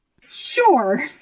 Sure